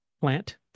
plant